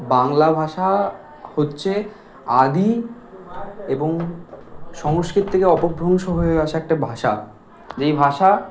বাংলা ভাষা হচ্ছে আদি এবং সংস্কৃত থেকে অপভ্রংশ হয়ে আসা একটা ভাষা যেই ভাষা